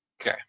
Okay